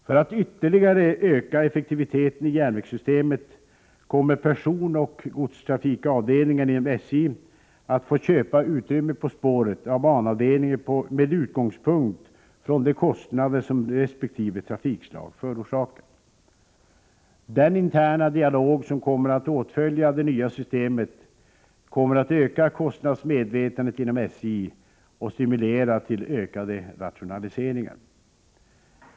För att ytterligare öka effektiviteten i järnvägssystemet kommer personoch godstrafikavdelningarna inom SJ att få köpa utrymme på spåret av banavdelningen, med utgångspunkt från de kostnader som resp. trafikslag förorsakar. Den interna dialog som kommer att åtfölja det nya systemet kommer att öka kostnadsmedvetandet inom SJ och stimulera till ökade rationaliseringar.